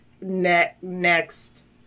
Next